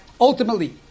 ultimately